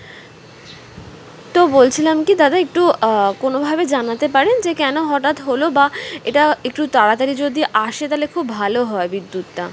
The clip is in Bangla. তো বলছিলাম কি দাদা একটু কোনোভাবে জানাতে পারেন যে কেন হঠাৎ হলো বা এটা একটু তাড়াতাড়ি যদি আসে তাহলে খুব ভালো হয় বিদ্যুৎটা